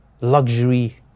luxury